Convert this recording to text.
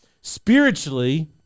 Spiritually